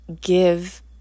give